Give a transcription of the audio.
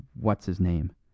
what's-his-name